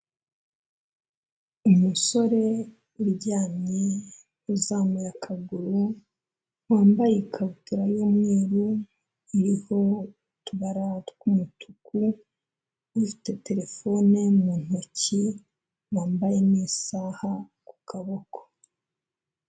Umusore uryamye uzamuye akaguru, wambaye ikabutura y'umweru iriho utubara tw'umutuku, ufite terefone mu ntoki, wambaye n'isaha ku kaboko.